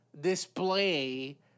display